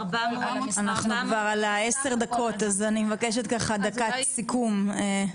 אנחנו כבר על ה-10 דקות אז אני מבקשת דקת סיכום.